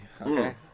okay